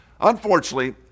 Unfortunately